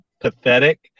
pathetic